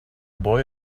boy